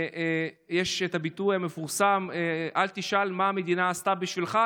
יש את הביטוי המפורסם: אל תשאל מה המדינה עשתה בשבילך,